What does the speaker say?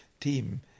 team